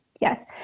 Yes